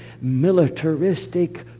militaristic